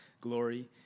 glory